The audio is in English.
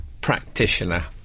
practitioner